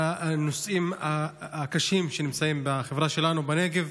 על הנושאים הקשים שנמצאים בחברה שלנו בנגב.